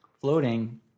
floating